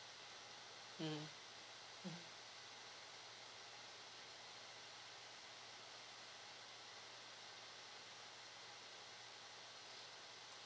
mm